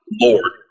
Lord